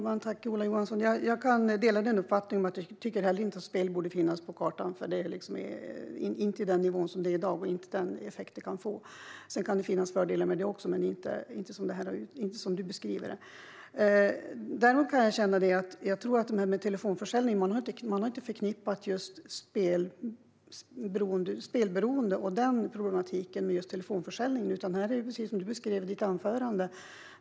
Herr talman! Ola Johansson! Jag kan dela den uppfattningen. Jag tycker heller inte att spel borde finnas på kartan, inte på den nivå som det är i dag och inte med tanke på den effekt det kan få. Det kan finnas fördelar med det också, men inte så som du beskriver det. När det gäller telefonförsäljning tror jag inte att man har förknippat problematiken med spelberoende med just telefonförsäljning. Här är det precis som du beskrev i ditt anförande.